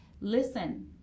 listen